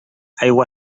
aigua